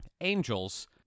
angels